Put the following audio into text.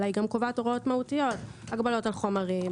אלא היא גם קובעת הוראות מהותיות: הגבלות על חומרים,